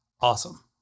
awesome